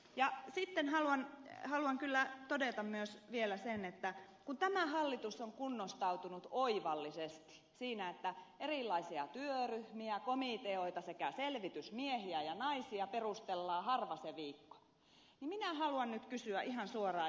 ja sitten haluan kyllä todeta myös vielä sen että kun tämä hallitus on kunnostautunut oivallisesti siinä että erilaisia työryhmiä komiteoita sekä selvitysmiehiä ja naisia perustellaan harva se viikko niin minä haluan nyt kysyä ihan suoraan ed